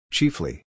Chiefly